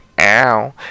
Ow